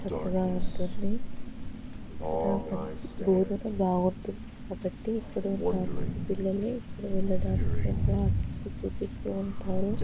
చక్కగా ఉంటుంది ఇక్కడ మంచి బోధన బాగుంటుంది కాబట్టి ఇక్కడ ఉన్న అందరు పిల్లలు ఇక్కడ వెళ్ళడానికి ఎంతో ఆసక్తి చూపిస్తు ఉంటారు